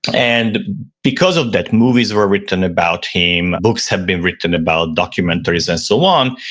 and because of that, movies were written about him, books have been written about, documentaries and so on.